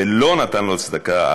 ולא נתן לו צדקה,